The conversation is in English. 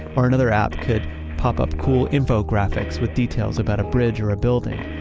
or another app could pop up cool infographics with details about a bridge or a building.